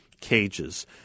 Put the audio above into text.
Cages